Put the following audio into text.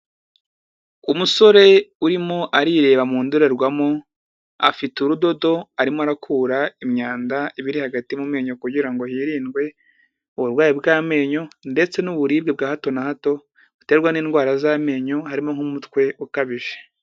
Umusore urimo arireba mu ndorerwamo, afite urudodo arimo arakura imyanda iba iri hagati mu menyo kugira ngo hirindwe, uburwayi bw'amenyo, ndetse n'uburibwe bwa hato na hato buterwa n'indwara z'amenyo harimo nk'umutwe ukabije.